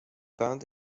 band